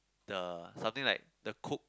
the something like the cook